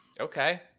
Okay